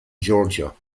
georgia